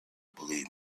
believe